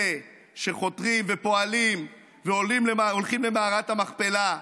בצד של אלה שחותרים ופועלים והולכים למערכת המכפלה,